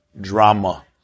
drama